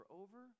over